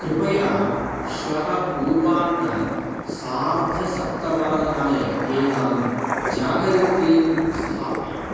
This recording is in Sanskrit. कृपया श्वः पूर्वान्न सार्धसप्तवादनाय एकां जागरित्रीं स्थापय